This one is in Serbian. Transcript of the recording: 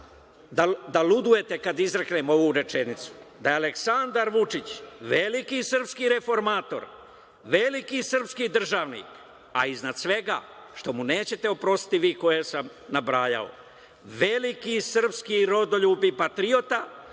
da ludujete kada izreknem ovu rečenicu, Aleksandar Vučić je veliki srpski reformator, veliki srpski državnik, a iznad svega, što mu nećete oprostiti, vi koje sam nabrajao, veliki srpski rodoljub i patriota